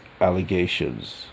allegations